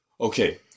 Okay